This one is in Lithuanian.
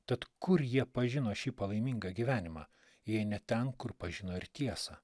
tad kur jie pažino šį palaimingą gyvenimą jei ne ten kur pažino ir tiesą